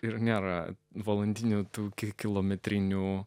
ir nėra valandinių tokį kilometrinių